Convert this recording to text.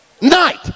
night